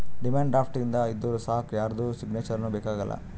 demand draft ಒಂದ್ ಇದ್ದೂರ್ ಸಾಕ್ ಯಾರ್ದು ಸಿಗ್ನೇಚರ್ನೂ ಬೇಕ್ ಆಗಲ್ಲ